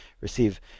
receive